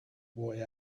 boy